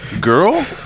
girl